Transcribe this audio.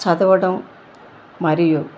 చదవడం మరియు